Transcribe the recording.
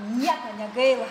nieko negaila